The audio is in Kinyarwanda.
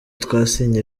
twasinye